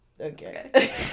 Okay